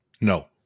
No